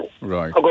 Right